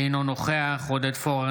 אינו נוכח עודד פורר,